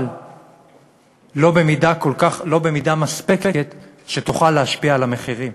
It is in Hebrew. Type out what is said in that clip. אבל לא במידה מספקת שתוכל להשפיע על המחירים.